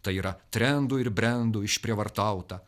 tai yra trendų ir brendų išprievartauta